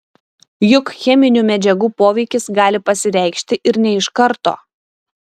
juk cheminių medžiagų poveikis gali pasireikšti ir ne iš karto